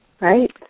Right